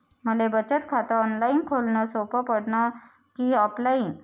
मले बचत खात ऑनलाईन खोलन सोपं पडन की ऑफलाईन?